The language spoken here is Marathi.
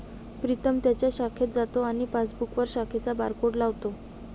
प्रीतम त्याच्या शाखेत जातो आणि पासबुकवर शाखेचा बारकोड लावतो